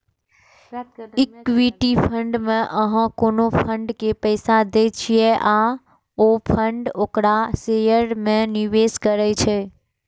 equity fund मे अहां कोनो फंड के पैसा दै छियै आ ओ फंड ओकरा शेयर मे निवेश करै छै